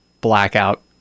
blackout